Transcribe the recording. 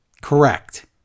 Correct